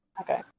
Okay